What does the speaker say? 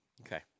Okay